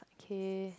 k